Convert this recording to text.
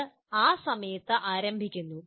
അത് ആ സമയത്ത് ആരംഭിക്കുന്നു